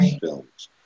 films